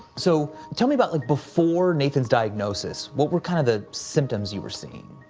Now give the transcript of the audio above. so, tell me about like before nathan's diagnosis. what were kind of the symptoms you were seeing?